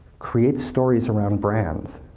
create stories around brands,